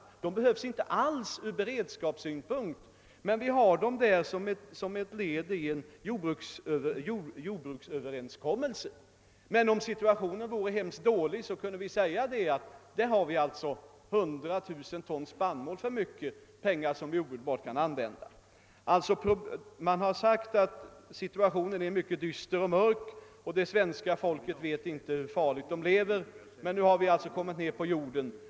Detta överskott behövs inte alls från beredskapssynpunkt, men vi har det som en följd av en jordbruksöverenskommelse. Om situationen vore mycket dålig, kunde vi säga att vi har 100 000 ton spannmål för mycket, vilket innebär pengar som vi omedelbart kan använda. Man har sagt att situationen är mycket dyster och att det svenska folket inte vet hur farligt det lever. Men nu har vi alltså kommit ned på jorden.